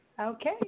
Okay